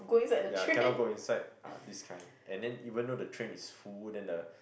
ya cannot go inside ah this kind and then even though the train is full then the